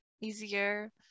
easier